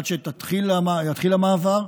עד שיתחיל המעבר,